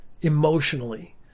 emotionally